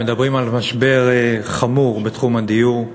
מדברים על משבר חמור בתחום הדיור,